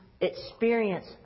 experience